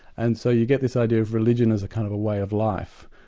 and so you get this idea of religion as a kind of a way of life,